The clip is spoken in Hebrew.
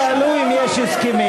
הם שאלו אם יש הסכמים.